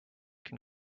can